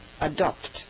adopt